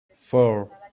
four